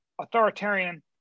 authoritarian